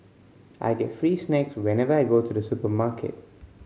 I get free snacks whenever I go to the supermarket